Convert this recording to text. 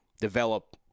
develop